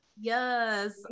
Yes